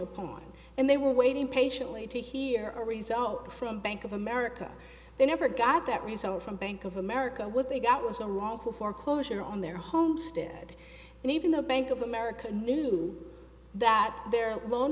upon and they were waiting patiently to hear a result from bank of america they never got that result from bank of america what they got was a wrongful foreclosure on their homestead and even though bank of america knew that their l